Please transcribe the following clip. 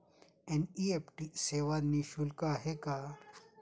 NEFT सेवा निःशुल्क आहे का?